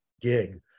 gig